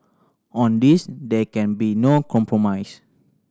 on this there can be no compromise